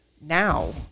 Now